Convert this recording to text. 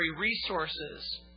resources